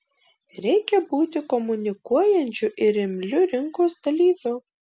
reikia būti komunikuojančiu ir imliu rinkos dalyviu